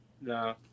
No